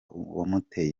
uwamuteye